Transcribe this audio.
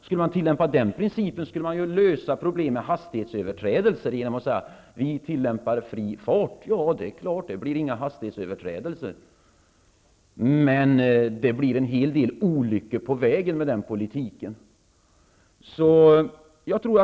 Skulle man tillämpa den principen skulle t.ex. problemen med hastighetsöverträdelser kunna lösas genom att man säger: ''Vi tillämpar fri fart.'' Ja, det är klart att det då inte blir några hastighetsöverträdelser. Men med den politiken blir det i stället en hel del olyckor på vägen.